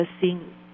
seeing